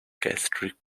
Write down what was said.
gastric